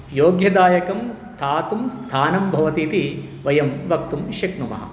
योग्यदायकं स्थातुं स्थानं भवति इति वयं वक्तुं शक्नुमः